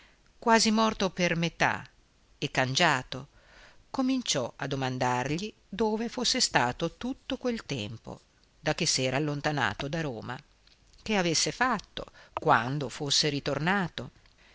quasi morto per metà e cangiato cominciò a domandargli dove fosse stato tutto quel tempo da che s'era allontanato da roma che avesse fatto quando fosse ritornato